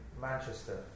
Manchester